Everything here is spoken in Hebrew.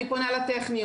אני פונה לטכניון,